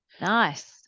Nice